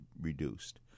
reduced